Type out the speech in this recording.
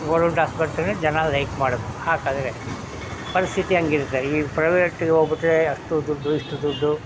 government ಆಸ್ಪತ್ರೆನೇ ಜನ like ಮಾಡೋದು ಹಾಗಂದ್ರೆ ಪರಿಸ್ಥಿತಿ ಹಂಗಿರುತ್ತೆ ಈ ಪ್ರೈವೇಟಿಗೆ ಹೋಗ್ಬಿಟ್ರೆ ಅಷ್ಟು ದುಡ್ಡು ಇಷ್ಟು ದುಡ್ಡು